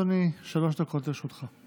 בבקשה, אדוני, שלוש דקות לרשותך.